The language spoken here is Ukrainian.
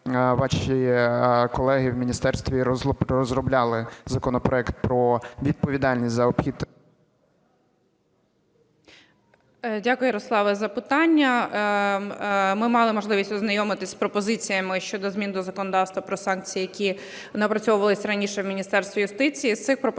Дякую, Ярославе, за питання. Ми мали можливість ознайомитися з пропозиціями щодо змін до законодавства про санкції, які напрацьовувалися раніше в Міністерстві юстиції.